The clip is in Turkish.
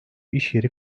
işyeri